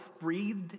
breathed